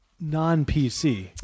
non-PC